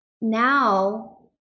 now